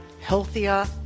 healthier